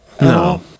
No